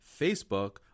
Facebook